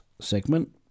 segment